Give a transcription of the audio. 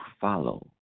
follow